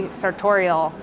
sartorial